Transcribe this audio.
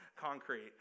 concrete